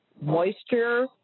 moisture